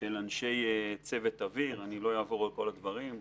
של אנשי צוות אוויר לא אעבור על כל הדברים.